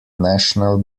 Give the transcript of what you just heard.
national